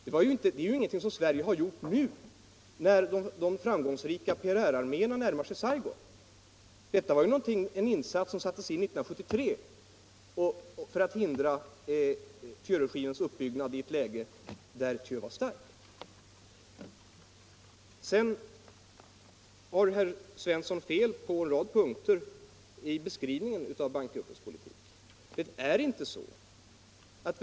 Detta är ingenting som Sverige påbörjat nu i år när de framgångsrika PRR-arméerna närmar sig Saigon. Detta var en insats som startades 1973 för att hindra Thieuregimens uppbyggnad i ett läge där Thieu var mäktig. Herr Svensson har fel på en rad punkter i beskrivningen av bank gruppens politik.